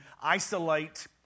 isolate